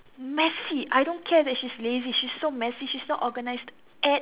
messy I don't care if that she's lazy she's so messy she's not organised at